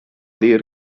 dir